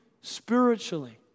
spiritually